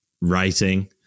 writing